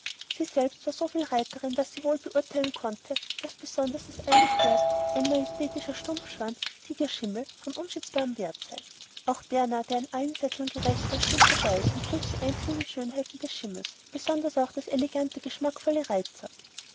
sie selbst war soviel reiterin daß sie wohl beurteilen konnte daß besonders das eine pferd ein majestätischer stumpfschwanz tigerschimmel von unschätzbarem wert sei auch berner der in allen sätteln gerecht war stimmte bei und pries die einzelnen schönheiten des schimmels besonders auch das elegante geschmackvolle reitzeug